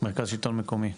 מרכז שלטון מקומי.